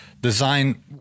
design